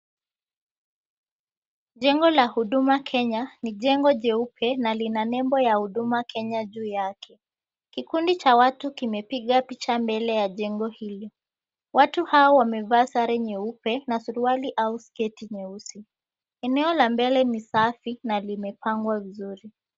Jengo la Huduma Kenya ni jengo jeupe, na lina nembo ya Huduma Kenya juu yake. Kikundi cha watu kimepiga picha mbele ya jengo hili. Watu hao wamevaa sare nyeupe na suruali au sketi nyeusi. Eneo la mbele ni safi na limepangwa vizuri.